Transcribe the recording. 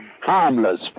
harmless